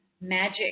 magic